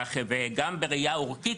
וגם בראייה אורכית,